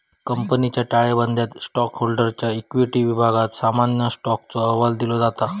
कंपनीच्या ताळेबंदयात स्टॉकहोल्डरच्या इक्विटी विभागात सामान्य स्टॉकचो अहवाल दिलो जाता